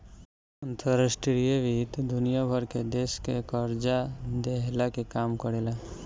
अंतर्राष्ट्रीय वित्त दुनिया भर के देस के कर्जा देहला के काम करेला